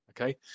Okay